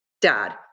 dad